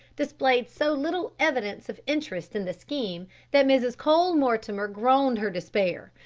displayed so little evidence of interest in the scheme that mrs. cole-mortimer groaned her despair,